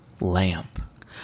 lamp